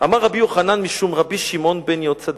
"אמר רבי יוחנן משום רבי שמעון בן יהוצדק,